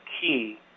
key